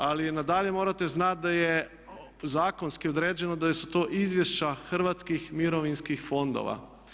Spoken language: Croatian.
Ali i nadalje morate znati da je zakonski određeno da su to izvješća hrvatskih mirovinskih fondova.